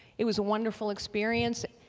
it was a wonderful experience